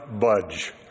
Budge